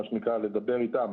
מה שנקרא, לדבר איתם.